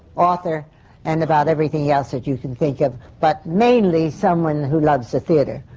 author and about everything else that you can think of. but mainly someone who loves the theatre.